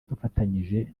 dufatanyije